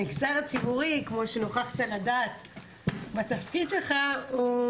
המגזר הציבורי, כמו שנוכחת לדעת בתפקיד שלך, הוא